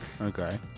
okay